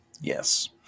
yes